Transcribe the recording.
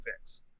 fix